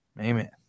Amen